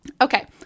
Okay